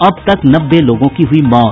अब तक नब्बे लोगों की हुयी मौत